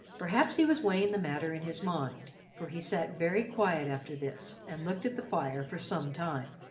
perhaps he was weighing the matter in his mind, for he sat very quiet after this, and looked at the fire for some time.